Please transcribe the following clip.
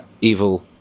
evil